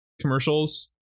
commercials